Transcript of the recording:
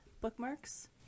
bookmarks